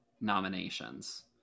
nominations